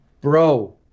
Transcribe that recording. Bro